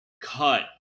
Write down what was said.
cut